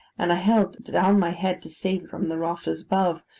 and i held down my head to save it from the rafters above,